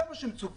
זה מה שמצופה.